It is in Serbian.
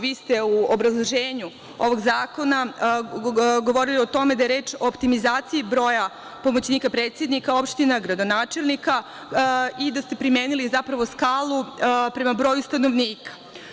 Vi ste u obrazloženju ovog zakona govorili o tome da je reč o optimizaciji broja pomoćnika predsednika opština, gradonačelnika i da ste primenili zapravo skalu prema broju stanovnika.